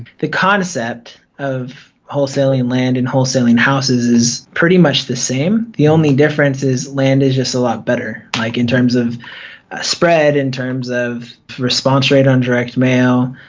the concept of wholesaling and land and wholesaling houses is pretty much the same. the only difference is land is just a lot better like in terms of spread, in terms of response rate on direct mail